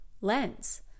lens